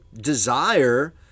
desire